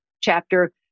Chapter